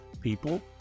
people